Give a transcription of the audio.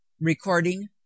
Recording